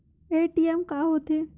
ATM का होथे?